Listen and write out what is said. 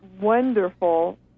wonderful